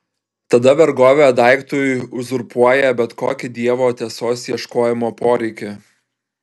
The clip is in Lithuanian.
tada vergovė daiktui uzurpuoja bet kokį dievo tiesos ieškojimo poreikį